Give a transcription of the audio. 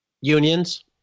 Unions